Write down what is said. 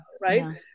Right